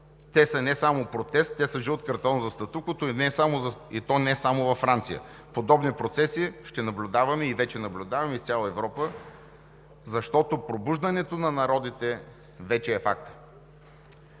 Те са не само протест, те са жълт картон за статуквото, и то не само във Франция. Подобни процеси ще наблюдаваме и вече наблюдаваме из цяла Европа, защото пробуждането на народите вече е факт.